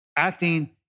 acting